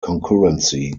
concurrency